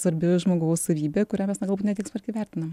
svarbi žmogaus savybė kurią mes na galbūt ne tiek smarkiai vertinam